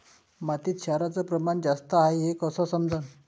मातीत क्षाराचं प्रमान जास्त हाये हे कस समजन?